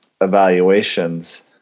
evaluations